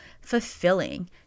fulfilling